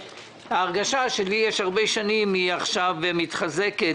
ההרגשה שלי יש הרבה שנים היא עכשיו מתחזקת,